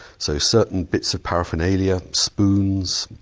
so certain bits of paraphernalia, spoons,